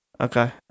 Okay